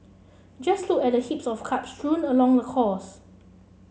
just look at the heaps of cups strewn along the course